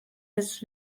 his